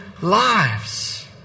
lives